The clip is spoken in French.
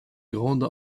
grande